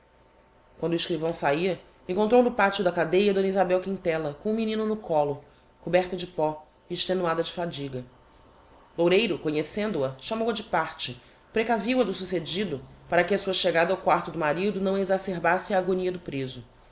quando o escrivão sahia encontrou no pateo da cadêa d isabel quintella com o menino no collo coberta de pó e extenuada de fadiga loureiro conhecendo a chamou-a de parte precaviu a do succedido para que a sua chegada ao quarto do marido não exacerbasse a agonia do preso